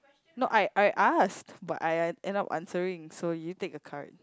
no I I asked but I I end up answering so you take a card